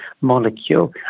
molecule